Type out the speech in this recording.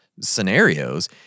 scenarios